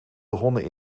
begonnen